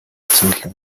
зөөлөн